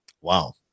wow